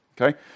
Okay